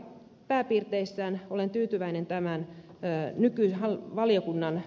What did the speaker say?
pääpiirteissään olen tyytyväinen tämän päätynyt liha valiokunnalle